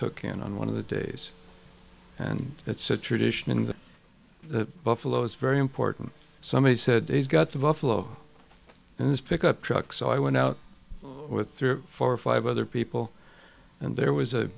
partook in on one of the days and it's a tradition in the buffalo is very important somebody said he's got the buffalo in his pickup truck so i went out with three or four or five other people and there was